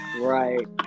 Right